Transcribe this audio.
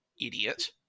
idiot